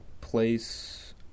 place